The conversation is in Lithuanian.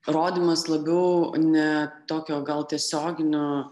rodymas labiau ne tokio gal tiesioginio